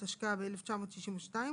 התשכ"ב-9621,